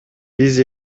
биз